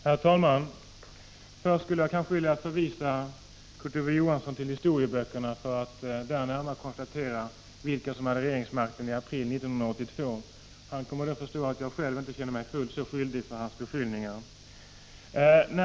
Herr talman! Kurt Ove Johansson borde gå tillbaka till historieböckerna för att konstatera vem som hade regeringsmakten i april 1982. Han kommer då att förstå att jag inte behöver ta åt mig hans beskyllningar.